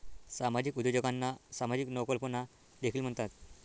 सामाजिक उद्योजकांना सामाजिक नवकल्पना देखील म्हणतात